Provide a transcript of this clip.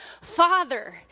Father